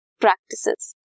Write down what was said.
practices